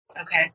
Okay